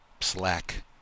slack